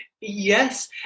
Yes